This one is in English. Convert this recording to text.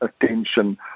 attention